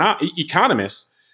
economists